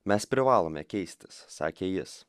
mes privalome keistis sakė jis